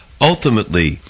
Ultimately